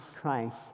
Christ